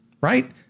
Right